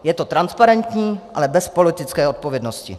Je to transparentní, ale bez politické odpovědnosti.